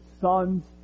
sons